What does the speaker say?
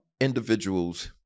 individuals